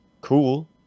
cool